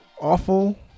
awful